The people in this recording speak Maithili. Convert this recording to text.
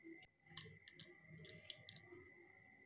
सब्जी के खेती में जेना चना के पहिले पटवन कतेक दिन पर हेबाक चाही?